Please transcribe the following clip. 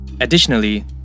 Additionally